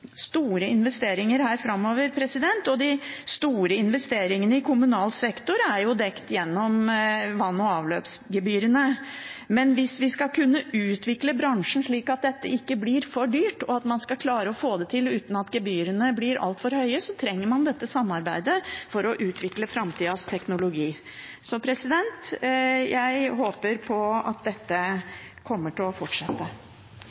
store investeringer her framover, og de store investeringene i kommunal sektor er dekt gjennom vann- og avløpsgebyrene. Men hvis vi skal kunne utvikle bransjen slik at dette ikke blir for dyrt, og man skal klare å få det til uten at gebyrene blir altfor høye, trenger man dette samarbeidet for å utvikle framtidas teknologi. Så jeg håper på at